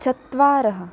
चत्वारः